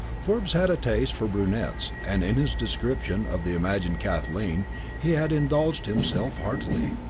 forbes had a taste for brunettes, and in his description of the imagined kathleen he had indulged himself heartily.